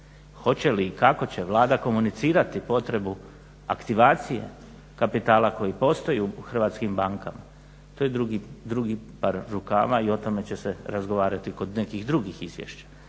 Hoće li i kako će Vlada komunicirati potrebu aktivacije kapitala koji postoji u hrvatskim bankama, to je drugi par rukava i o tome će se razgovarati kod nekih drugih izvješća,